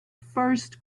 first